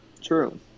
true